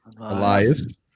elias